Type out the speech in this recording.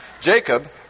Jacob